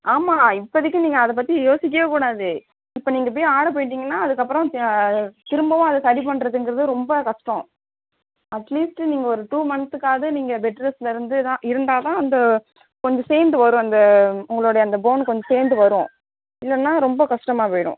ஆமாம் இப்போதைக்கி நீங்கள் அதை பற்றி யோசிக்கவே கூடாது இப்போ நீங்கள் போய் ஆட போயிட்டிங்கன்னா அதுக்கப்புறம் திரும்பவும் அதை சரி பண்றதுங்கிறது ரொம்ப கஷ்டம் அட்லீஸ்ட்டு நீங்கள் ஒரு டூ மன்த்துக்காவது நீங்கள் பெட் ரெஸ்ட்டில் இருந்துதான் இருந்தால் தான் அந்த கொஞ்சம் சேர்ந்து வரும் அந்த உங்களோடய அந்த போன் கொஞ்சம் சேர்ந்து வரும் இல்லைன்னா ரொம்ப கஷ்டமாக போகிடும்